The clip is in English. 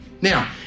Now